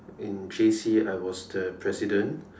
in J_C I was the president